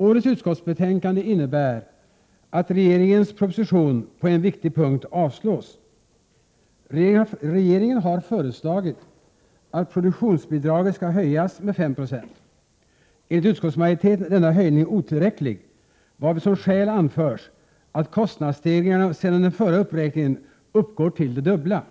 Årets utskottsbetänkande innebär att regeringens proposition på en viktig punkt avstyrks. Regeringen har föreslagit att produktionsbidraget skall höjas med 5 96. Enligt utskottsmajoriteten är denna höjning otillräcklig, varvid som skäl anförs att kostnadsstegringarna sedan den förra uppräkningen uppgår till det dubbla.